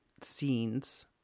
scenes